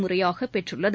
முறையாக பெற்றுள்ளது